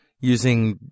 using